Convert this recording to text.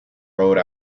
rode